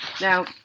Now